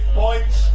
points